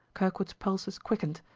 kirkwood's pulses quickened,